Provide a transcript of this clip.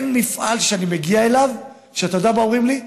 אין מפעל שאני מגיע אליו, אתה יודע מה אומרים לי?